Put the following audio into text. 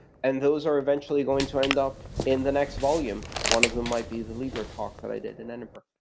and those are eventually going to end up in the next volume. one of them might be the libra talk that i did in edinburgh.